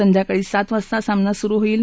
संध्याकाळी सात वाजता सामना सुरु होईल